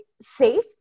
safe